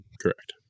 Correct